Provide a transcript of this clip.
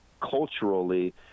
culturally